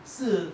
是